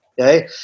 Okay